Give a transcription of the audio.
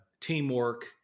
teamwork